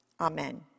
Amen